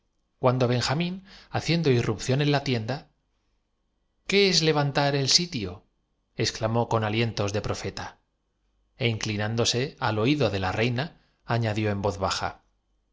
cuando benjamín capítulo xii haciendo irrupción en la tienda qué es levantar el sitio exclamó con alientos cuarenta y ocho horas en el celeste imperio de profeta e inclinándose al oído de la reina añadió en voz baja